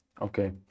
Okay